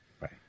Right